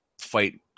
fight